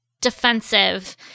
defensive